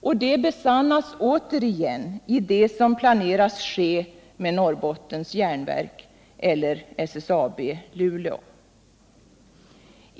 Och det besannas återigen i det som planeras ske med Norrbottens Järnverk, eller SSAB i Luleå.